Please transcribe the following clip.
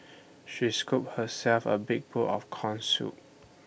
she scooped herself A big bowl of Corn Soup